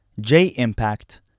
J-Impact